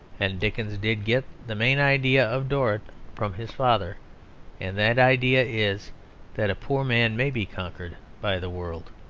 and dickens did get the main idea of dorrit from his father and that idea is that a poor man may be conquered by the world.